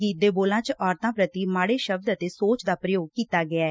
ਗੀਤ ਦੇ ਬੋਲਾਂ ਚ ਔਰਤਾਂ ਪ੍ਰਤੀ ਮਾੜੇ ਸ਼ਬਦਾਂ ਅਤੇ ਸੋਚ ਦਾ ਪੁਯੋਗ ਕੀਤਾ ਗਿਐ